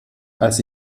als